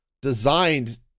designed